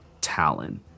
Talon